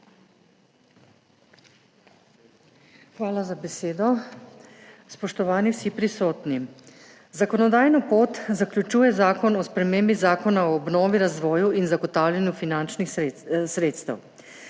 Hvala za besedo. Spoštovani vsi prisotni! Zakonodajno pot zaključuje Zakon o spremembi Zakona o obnovi, razvoju in zagotavljanju finančnih sredstev.